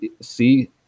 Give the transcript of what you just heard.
See